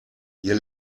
ihr